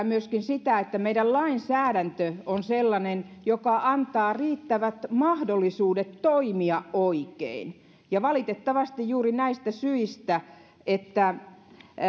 myöskin sitä että meidän lainsäädäntömme on sellainen joka antaa riittävät mahdollisuudet toimia oikein ja valitettavasti juuri näistä syistä että